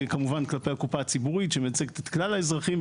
כמובן כלפי הקופה הציבורית שמייצגת את כלל האזרחים.